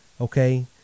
okay